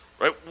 Right